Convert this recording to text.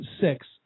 six